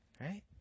right